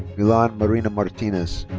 milan marina martinez.